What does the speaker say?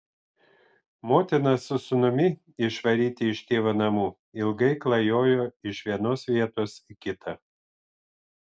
motina su sūnumi išvaryti iš tėvo namų ilgai klajojo iš vienos vietos į kitą